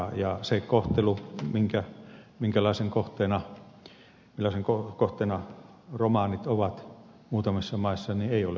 se kohtelu minkälaisen kohteena romanit ovat muutamissa maissa ei ole hyväksyttävää